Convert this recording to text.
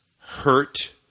hurt